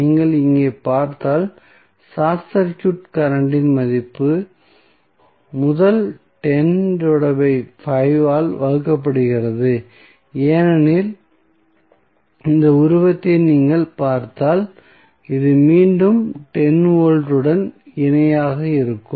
நீங்கள் இங்கே பார்த்தால் ஷார்ட் சர்க்யூட் கரண்ட் இன் மதிப்பு முதல் 10 5 ஆல் வகுக்கப்படுகிறது ஏனெனில் இந்த உருவத்தை நீங்கள் பார்த்தால் இது மீண்டும் 10 வோல்ட்டுடன் இணையாக இருக்கும்